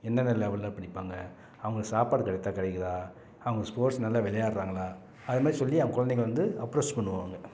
எந்தெந்த லெவலில் படிப்பாங்க அவங்களுக்கு சாப்பாடு கரெக்டாக கிடைக்குதா அவங்க ஸ்போட்ஸ் நல்லா விளையாட்றாங்களா அதை மாரி சொல்லி அவங்க குழந்தைங்கள வந்து அப்ரோச் பண்ணுவாங்க